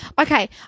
okay